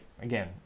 again